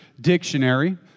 Dictionary